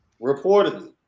reportedly